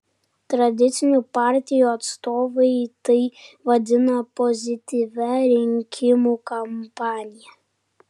tradicinių partijų atstovai tai vadina pozityvia rinkimų kampanija